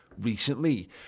Recently